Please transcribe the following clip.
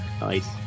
Nice